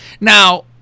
Now